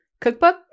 cookbook